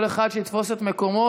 כל אחד שיתפוס את מקומו.